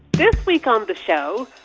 this week on the show,